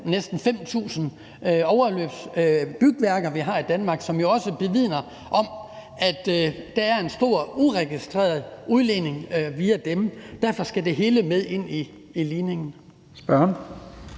næsten 5.000 overløbsbygværker, vi har i Danmark, og som jo også bevidner, at der er en stor uregistreret udledning via dem. Derfor skal det hele med ind i ligningen.